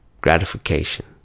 Gratification